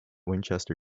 winchester